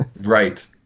right